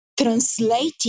translating